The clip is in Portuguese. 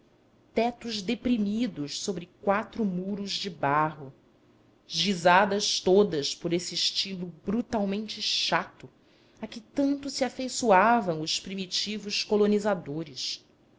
tetos deprimidos sobre quatro muros de barro gizadas todas por este estilo brutalmente chato a que tanto se afeiçoavam os primitivos colonizadores